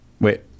Wait